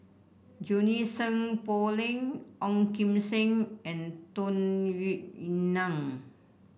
Junie Sng Poh Leng Ong Kim Seng and Tung Yue Nang